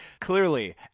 Clearly